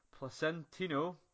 Placentino